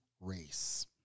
race